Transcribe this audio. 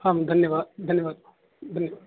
आं धन्यवादः धन्यवादः धन्यवादः